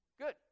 Good